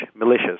militias